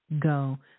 go